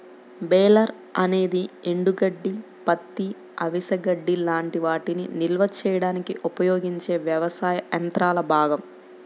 baler అనేది ఎండుగడ్డి, పత్తి, అవిసె గడ్డి లాంటి వాటిని నిల్వ చేయడానికి ఉపయోగించే వ్యవసాయ యంత్రాల భాగం